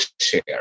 share